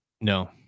No